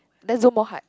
let's do more hard